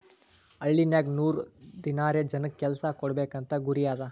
ಹಳ್ಳಿನಾಗ್ ನೂರ್ ದಿನಾರೆ ಜನಕ್ ಕೆಲ್ಸಾ ಕೊಡ್ಬೇಕ್ ಅಂತ ಗುರಿ ಅದಾ